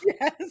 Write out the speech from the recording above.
yes